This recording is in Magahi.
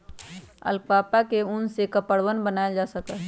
अलपाका के उन से कपड़वन बनावाल जा हई